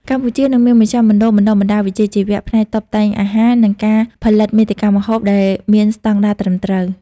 កម្ពុជានឹងមានមជ្ឈមណ្ឌលបណ្តុះបណ្តាលវិជ្ជាជីវៈផ្នែកតុបតែងអាហារ និងការផលិតមាតិកាម្ហូប ដែលមានស្តង់ដារត្រឹមត្រូវ។